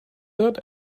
that